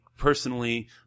personally